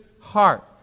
heart